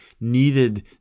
needed